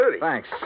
Thanks